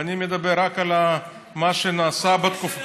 ואני מדבר רק על מה שנעשה בתקופה,